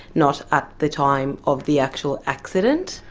not at the time of the actual accident.